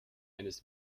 eines